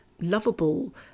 lovable